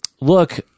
look